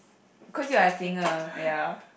caused you are a singer ya